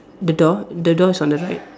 the door the door is on the right